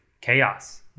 chaos